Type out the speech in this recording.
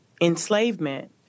enslavement